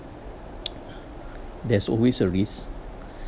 there's always a risk